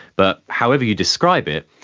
but however you describe it,